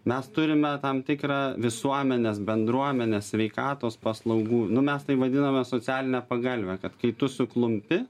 mes turime tam tikrą visuomenės bendruomenės sveikatos paslaugų nu mes tai vadiname socialine pagalve kad kai tu suklumpi